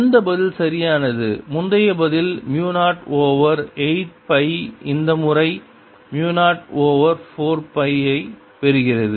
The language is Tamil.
எந்த பதில் சரியானது முந்தைய பதில் மு 0 ஓவர் 8 பை இந்த முறை மு 0 ஓவர் 4 பை ஐப் பெறுகிறது